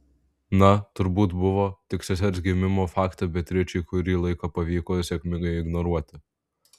na turbūt buvo tik sesers gimimo faktą beatričei kurį laiką pavyko sėkmingai ignoruoti